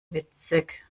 witzig